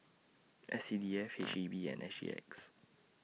S C D F H E B and S G X